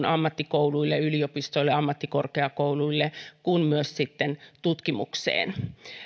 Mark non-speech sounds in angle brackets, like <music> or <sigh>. <unintelligible> ammattikouluille yliopistoille ja ammattikorkeakouluille kuin myös sitten tutkimukseen